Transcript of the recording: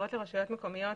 בחירות לרשויות מקומיות,